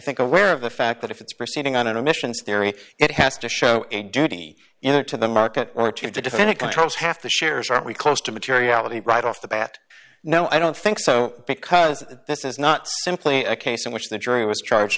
think aware of the fact that if it's proceeding on an emissions theory it has to show a duty you know to the market or to defend it controls half the shares are we close to materiality right off the bat no i don't think so because this is not simply a case in which the jury was charged